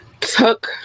Took